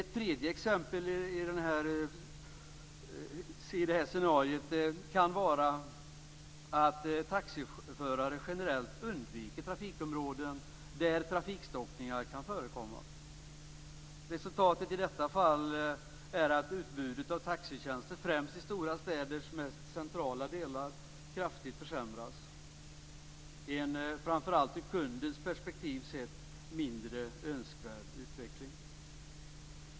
Ett tredje exempel på ett sådant scenario kan vara att taxiförare generellt undviker trafikområden där trafikstockningar kan förekomma. Resultatet i det fallet blir att utbudet av taxitjänster i främst de stora städernas mest centrala delar kraftigt försämras. Det är, framför allt ur kundens perspektiv, en mindre önskvärd utveckling.